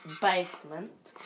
basement